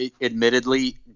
admittedly